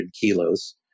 kilos